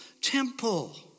temple